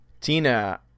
Tina